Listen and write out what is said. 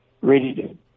ready